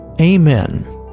Amen